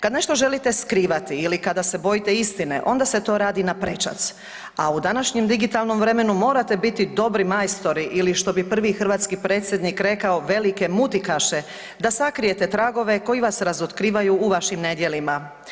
Kad nešto želite skrivati ili kada se bojite istine, onda se to radi naprečac, a u današnjem digitalnom vremenu morate biti dobri majstori, ili što bi prvi hrvatski predsjednik rekao, velike mutikaše da sakrijete tragove koji vas razotkrivaju u vašim nedjelima.